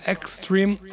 Extreme